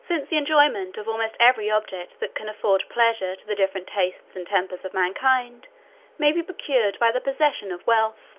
since the enjoyment of almost every object that can afford pleasure to the different tastes and tempers of mankind may be procured by the possession of wealth.